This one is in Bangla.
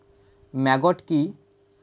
ম্যাগট কি?